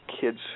kids